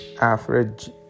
average